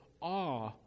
awe